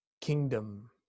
kingdom